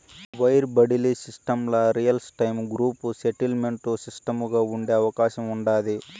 wire బడిలీ సిస్టమ్ల real time group settlement సిస్టముగా ఉండే అవకాశం ఉండాది